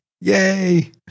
Yay